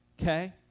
Okay